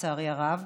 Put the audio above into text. לצערי הרב.